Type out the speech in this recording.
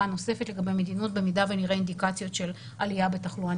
נוספת לגבי מדיניות במידה ונראה אינדיקציות של עלייה בתחלואה